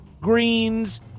greens